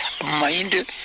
Mind